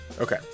Okay